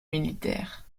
militaires